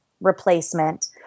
replacement